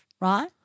right